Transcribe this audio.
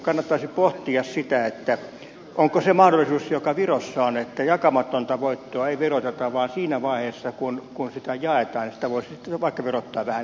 kannattaisi pohtia sitä mahdollisuutta joka virossa on että jakamatonta voittoa ei veroteta vaan siinä vaiheessa kun sitä jaetaan sitä voisi verottaa vaikka vähän enemmänkin